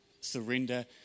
surrender